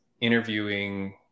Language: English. interviewing